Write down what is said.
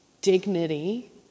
dignity